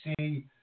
see